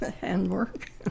handwork